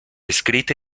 escrita